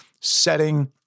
setting